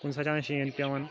کُنۍ ساتہٕ چھِ آسان شیٖن پٮ۪وان